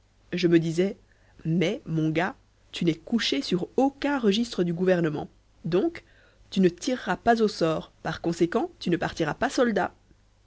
je me disais mai mon gars tu n'es couché sur aucun registre du gouvernement donc tu ne tireras pas au sort par conséquent tu ne partiras pas soldat